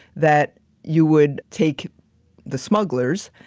that you would take the smugglers,